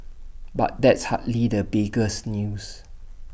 but that's hardly the biggest news